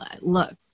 Look